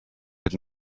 had